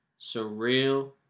Surreal